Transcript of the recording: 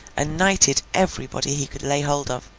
and knighted everybody he could lay hold of.